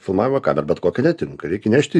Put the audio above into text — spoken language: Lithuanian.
filmavimo kamera bet kokia netinka reikia nešti